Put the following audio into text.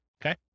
okay